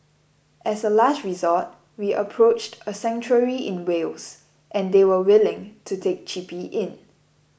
as a last resort we approached a sanctuary in Wales and they were willing to take Chippy in